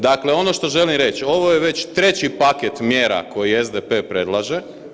Dakle, ono što želim reći, ovo je već 3. paket mjera koji SDP predlaže.